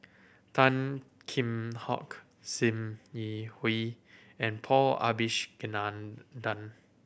Tan Kheam Hock Sim Yi Hui and Paul Abisheganaden